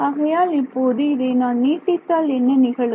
ஆகையால் இப்போது இதை நான் நீட்டித்தால் என்ன நிகழும்